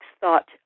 thought